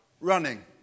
running